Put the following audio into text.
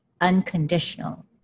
unconditional